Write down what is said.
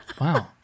wow